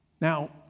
Now